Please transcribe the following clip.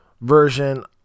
version